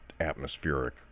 atmospheric